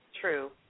true